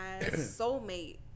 soulmate